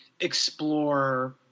explore